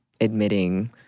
admitting